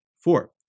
Four